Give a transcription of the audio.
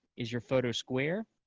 is your photo square?